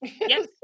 Yes